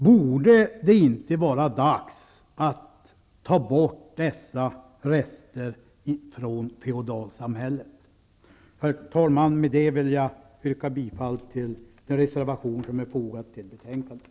Borde det inte vara dags att ta bort dessa rester av feodalsamhället? Herr talman! Med detta yrkar jag bifall till den reservation som är fogad till betänkandet.